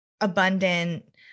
abundant